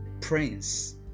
prince